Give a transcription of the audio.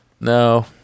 no